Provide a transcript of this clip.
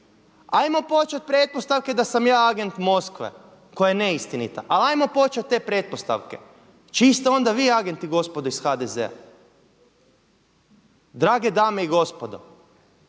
Ajmo početi od pretpostavke da sam ja agent Moskve koja je neistinita, ali 'ajmo početi od te pretpostavke. Čiji ste onda vi agent gospodo iz HDZ-a. Drage dame i gospodo,